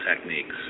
techniques